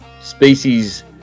species